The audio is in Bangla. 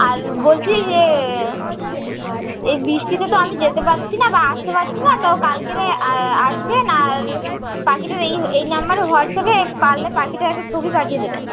আর বলছি যে এই বৃষ্টিতে তো আমি যেতে পারছি না বা আসতে পারছি না তো কালকেরে আসবেন আর পাখিটার এই এই নাম্বারে হোয়াটস্যাপে পারলে পাখিটার একটা ছবি পাঠিয়ে দেবেন